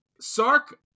sark